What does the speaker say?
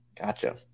Gotcha